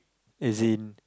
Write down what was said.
as in